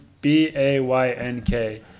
B-A-Y-N-K